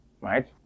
right